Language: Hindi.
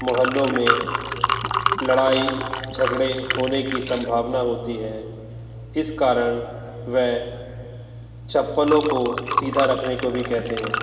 मोहल्लों में लड़ाई झगड़े होने की सम्भावना होती है इस कारण वे चप्पलों को सीधा रखने को भी कहते हैं